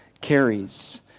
carries